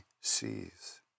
sees